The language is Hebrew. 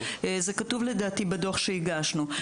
זה כתוב לדעתי בדוח שהגשנו.